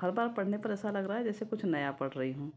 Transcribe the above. हर बार पढ़ने पर ऐसा लग रहा है जैसे कुछ नया पढ़ रही हूँ